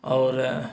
और